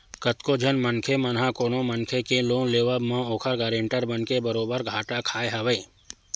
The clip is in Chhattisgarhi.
कतको झन मनखे मन ह कोनो मनखे के लोन लेवब म ओखर गारंटर बनके बरोबर घाटा खाय हवय